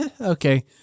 Okay